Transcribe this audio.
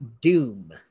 Doom